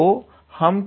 तो हम कैसे ज्ञात करें